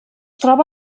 troba